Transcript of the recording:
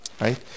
Right